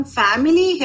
family